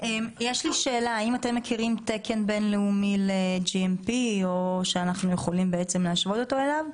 האם אתם מכירים תקן בינלאומי ל-GMP או שאנחנו יכולים להשוות אותו אליו?